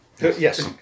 Yes